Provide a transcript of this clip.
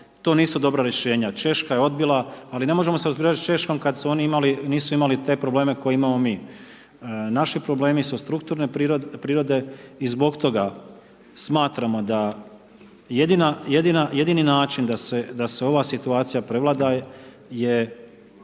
to nisu dobra rješenja, Češka je odbila, ali ne možemo se uspoređivat s Češkom kad oni nisu imali te probleme koje imamo mi. Naši problemi su strukturne prirode i zbog toga smatramo da jedini način da se ova situacija prevlada je